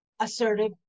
assertive